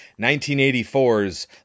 1984's